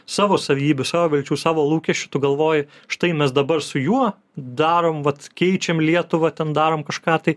savo savybių savo vilčių savo lūkesčių tu galvoji štai mes dabar su juo darom vat keičiam lietuvą ten darom kažką tai